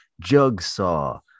Jigsaw